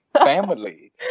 family